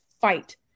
fight